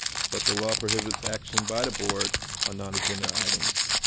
but the law prohibits action by the board on non-agenda items.